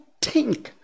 Tink